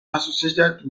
associated